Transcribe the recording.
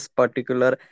particular